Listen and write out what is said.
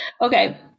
okay